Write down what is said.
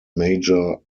major